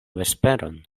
vesperon